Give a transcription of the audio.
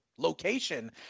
Location